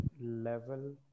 level